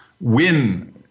win